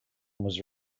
was